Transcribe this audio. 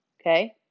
Okay